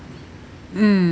mm